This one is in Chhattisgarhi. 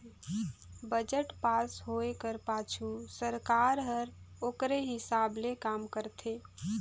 बजट पास होए कर पाछू सरकार हर ओकरे हिसाब ले काम करथे